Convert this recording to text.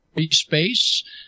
space